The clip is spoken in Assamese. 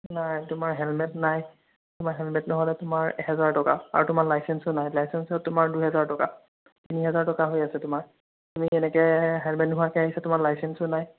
নাই তোমাৰ হেলমেট নাই তোমাৰ হেলমেট নহ'লে তোমাৰ এহেজাৰ টকা আৰু তোমাৰ লাইচেন্সো নাই লাইচেন্সত তোমাৰ দুহেজাৰ টকা তিনি হাজাৰ টকা হৈ আছে তোমাৰ তুমি এনেকে হেলমেট নোহোৱাকে আহিছা তোমাৰ লাইচেন্সো নাই